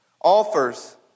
offers